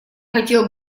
хотел